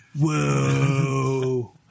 Whoa